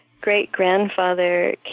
great-grandfather